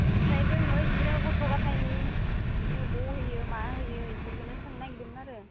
ओमफ्राय दङ इदिनो गथ' गथायनि इदिनो बहा होयो मा होयो इफोरखोनो सोंनो नागिरदोंमोन आरो